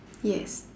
yes